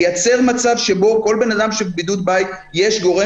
לייצר מצב שבו לכל בן אדם שנמצא בבידוד בית יש גורם